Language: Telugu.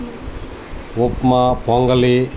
ఉప్మా పొంగలి